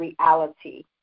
reality